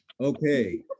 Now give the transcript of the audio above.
Okay